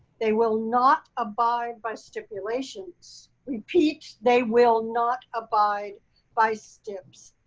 they will not abide by stipulations repeat. they will not abide by steps.